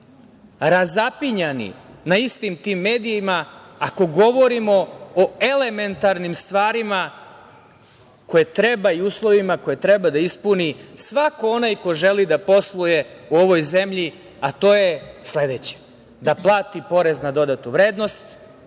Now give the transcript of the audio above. razapinjani na istim tim medijima ako govorimo o elementarnim stvarima koje treba da ispuni svako onaj ko želi da posluje u ovoj zemlji, a to je sledeće – da plati porez na dodatu vrednost,